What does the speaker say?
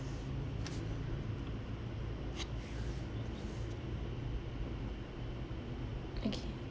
okay